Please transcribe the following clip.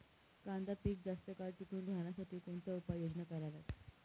कांदा पीक जास्त काळ टिकून राहण्यासाठी कोणत्या उपाययोजना कराव्यात?